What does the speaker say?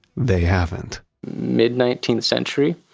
they haven't mid nineteenth century,